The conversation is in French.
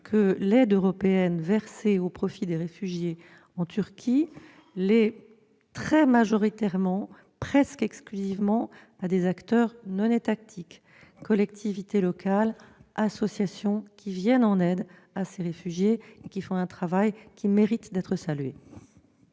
que l'aide européenne versée au profit des réfugiés en Turquie l'est très majoritairement, presque exclusivement, à des acteurs non étatiques- collectivités locales, associations -qui viennent en aide à ces réfugiés et font un travail qui mérite d'être salué.